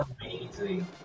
Amazing